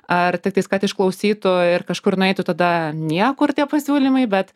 ar tiktais kad išklausytų ir kažkur nueitų tada niekur tie pasiūlymai bet